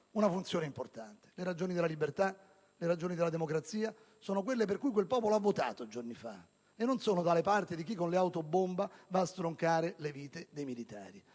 una funzione importante. Le ragioni della libertà e le ragioni della democrazia sono quelle per cui quel popolo ha votato giorni fa e non sono dalla parte di chi, con le autobombe, va a stroncare le vite dei militari.